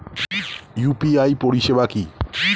UPI পরিষেবা কি?